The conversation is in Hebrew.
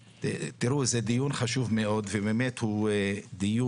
תראו, זה דיון חשוב מאוד ובאמת הוא דיון,